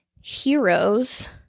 heroes